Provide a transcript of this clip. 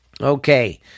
Okay